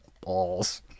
balls